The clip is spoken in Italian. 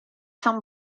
san